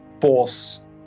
force